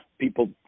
people